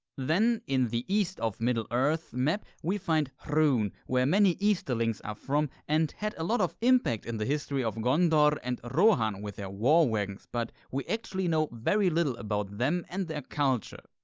then in the east of middle-earth's map we find rhun, where many easterlings are from, who and had a lot of impact in the history of gondor and rohan with their war wagons, but we actually know very little about them and their culture.